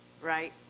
right